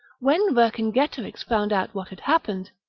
when vercingetorix found out what had happened,